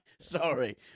Sorry